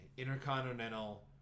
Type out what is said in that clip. Intercontinental